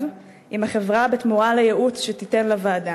עם החברה בתמורה לייעוץ שתיתן לוועדה?